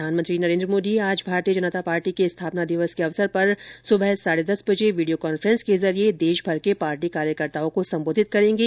प्रधानमंत्री नरेन्द्र मोदी आज भारतीय जनता पार्टी के स्थापना दिवस के अवसर पर सुबह साढे दस बजे वीडियो कांफ्रेंस के जरिये देशभर के पार्टी कार्यकर्ताओं को संबोधित करेंगे